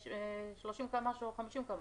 ב-30 קמ"ש או ב-50 קמ"ש,